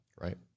right